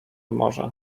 morze